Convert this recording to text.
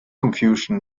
confusion